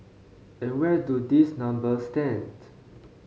and where do these numbers stand